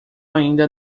ainda